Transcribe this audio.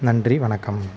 நன்றி வணக்கம்